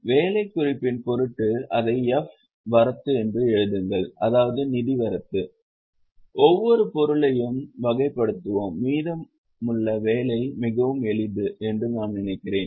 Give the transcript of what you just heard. வேலை குறிப்பின் பொருட்டு அதை f வரத்து என்று எழுதுங்கள் அதாவது நிதி வரத்து ஒவ்வொரு பொருளையும் வகைப்படுத்துவோம் மீதமுள்ள வேலை மிகவும் எளிது என்று நான் நினைக்கிறேன்